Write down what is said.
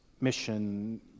mission